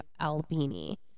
Albini